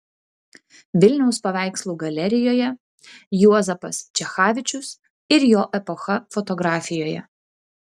vilniaus paveikslų galerijoje juozapas čechavičius ir jo epocha fotografijoje